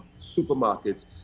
supermarkets